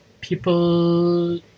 People